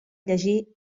llegir